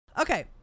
Okay